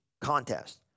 contest